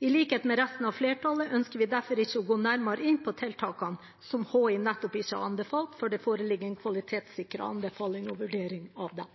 I likhet med resten av flertallet ønsker vi derfor ikke å gå nærmere inn på tiltakene som Havforskningsinstituttet ikke har anbefalt, før det foreligger en kvalitetssikret anbefaling og vurdering av dem.